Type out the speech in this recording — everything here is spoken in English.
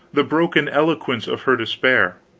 the broken eloquence of her despair.